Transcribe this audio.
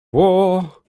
war